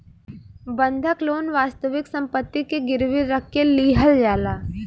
बंधक लोन वास्तविक सम्पति के गिरवी रख के लिहल जाला